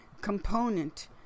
component